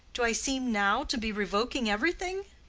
do i seem now to be revoking everything